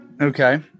Okay